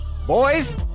Boys